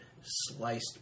sliced